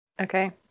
Okay